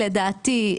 לדעתי,